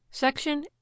Section